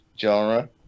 genre